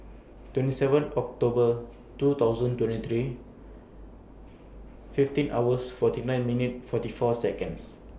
twenty seven October two thousand twenty three fifteen hours forty nine minute forty four Seconds